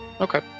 Okay